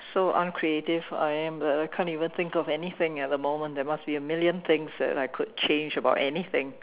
so uncreative I am that I can't even think of anything at the moment there must be a million things that I could change about anything